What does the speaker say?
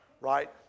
right